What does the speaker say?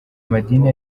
amadini